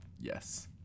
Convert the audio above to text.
yes